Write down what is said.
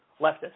leftist